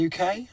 UK